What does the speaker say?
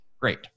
great